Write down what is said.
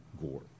Gore